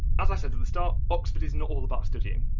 as i said at the start, oxford is not all about studying.